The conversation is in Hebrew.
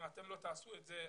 אם אתם לא תעשו את זה,